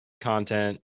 content